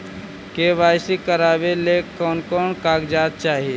KYC करावे ले कोन कोन कागजात चाही?